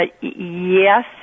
yes